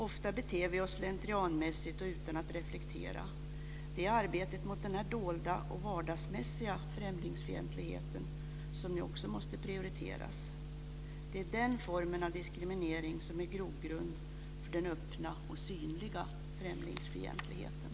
Ofta beter vi oss slentrianmässigt och utan att reflektera. Arbetet mot denna dolda och vardagsmässiga främlingsfientlighet måste också prioriteras. Det är den formen av diskriminering som är grogrund för den öppna och synliga främlingsfientligheten.